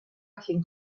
vacuum